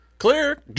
clear